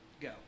go